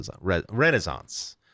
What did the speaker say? Renaissance